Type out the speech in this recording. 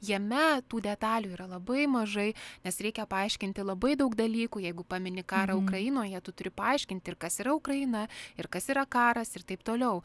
jame tų detalių yra labai mažai nes reikia paaiškinti labai daug dalykų jeigu pamini karą ukrainoje tu turi paaiškinti ir kas yra ukraina ir kas yra karas ir taip toliau